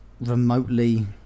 remotely